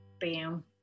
Bam